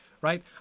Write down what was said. right